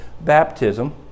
baptism